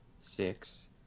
six